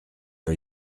are